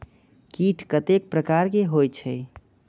कीट कतेक प्रकार के होई छै?